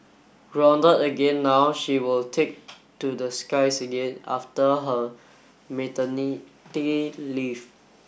grounded again now she will take to the skies again after her maternity leave